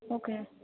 okay